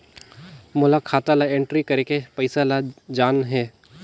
मोला खाता ला एंट्री करेके पइसा ला जान हे?